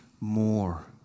more